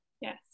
Yes